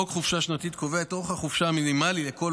חוק חופשה שנתית קובע את אורך החופשה המינימלי לכל